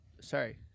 sorry